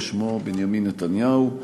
ושמו בנימין נתניהו.